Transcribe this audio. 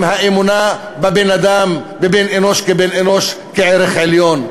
הם האמונה בבן-אדם, בבן-אנוש כבן-אנוש כערך עליון.